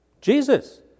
Jesus